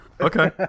Okay